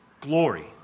glory